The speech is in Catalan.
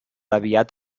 aviat